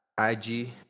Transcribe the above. IG